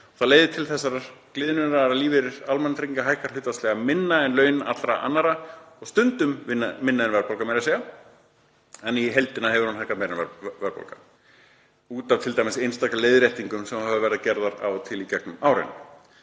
Það leiðir til þessarar gliðnunar, að lífeyrir almannatrygginga hækkar hlutfallslega minna en laun allra annarra og stundum minna en verðbólgan meira að segja, en í heildina hefur hann hækkað meira en verðbólga. Það er t.d. út af einstaka leiðréttingum sem hafa verið gerðar af og til í gegnum árin.